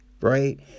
Right